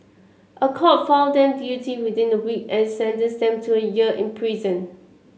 a court found them guilty within a week and sentenced them to a year in prison